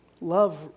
Love